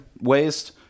waste